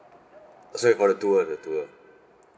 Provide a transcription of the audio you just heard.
sorry for the tour the tour